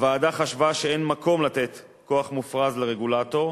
הוועדה חשבה שאין מקום לתת כוח מופרז לרגולטור,